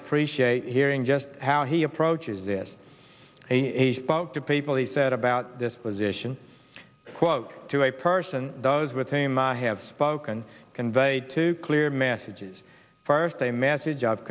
appreciate hearing just how he approaches this a spoke to people he said about this position quote to a person does with him i have spoken conveyed to clear messages first a message of